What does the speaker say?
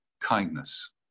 kindness